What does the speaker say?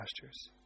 pastures